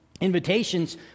invitations